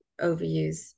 overuse